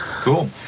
Cool